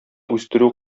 үстерү